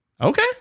Okay